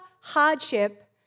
hardship